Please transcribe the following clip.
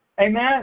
Amen